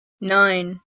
nine